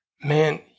Man